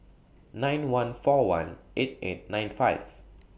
nine one four one eight eight nine five